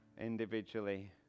individually